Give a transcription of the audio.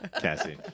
Cassie